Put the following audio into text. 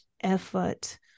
effort